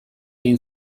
egin